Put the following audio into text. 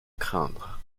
craindre